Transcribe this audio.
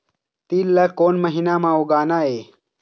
तील ला कोन महीना म उगाना ये?